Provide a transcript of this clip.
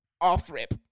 Off-rip